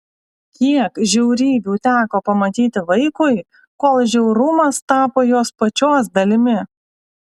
kiek žiaurybių teko pamatyti vaikui kol žiaurumas tapo jos pačios dalimi